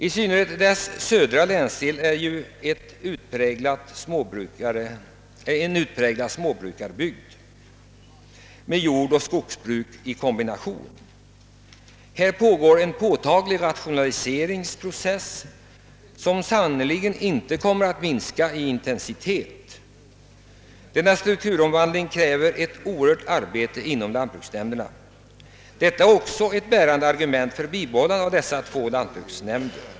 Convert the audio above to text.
I synnerhet dess södra del som är en utpräglad småbrukarbygd med jordoch skogsbruk i kombination. Här äger en påtaglig rationaliseringsprocess rum som sannerligen inte kommer att minska i intensitet. Denna strukturomvandling kräver ett synnerligen omfattande arbete inom lantbruksnämnderna. Detta är också ett bärande argument för bibehållande av dessa två lantbruksnämnder.